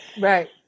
Right